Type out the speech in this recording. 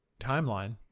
timeline